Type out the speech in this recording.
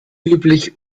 üblich